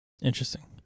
Interesting